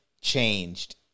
changed